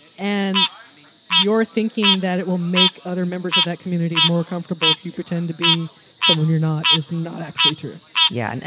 and you're thinking that it will make other members of that community more comfortable if you pretend to be someone you're not is not actually true yeah. and